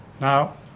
Now